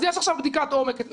יש עכשיו בדיקת עומק.